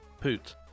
Poot